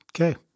Okay